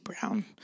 brown